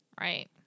right